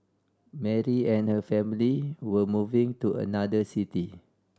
Mary and her family were moving to another city